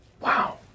wow